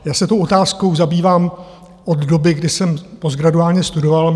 Já se tou otázkou zabývám od doby, kdy jsem postgraduálně studoval.